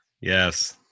yes